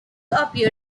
appear